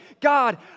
God